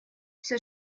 все